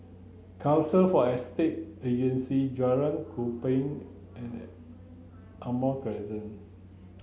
council for Estate Agencies Jalan Kupang and Almond Crescent